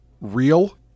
real